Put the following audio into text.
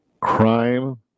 Crime